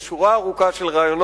יש שורה ארוכה של רעיונות